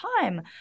time